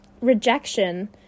rejection